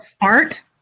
art